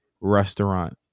restaurant